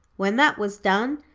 when that was done,